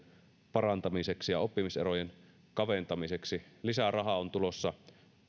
parantamiseksi ja oppimiserojen kaventamiseksi lisää rahaa on tulossa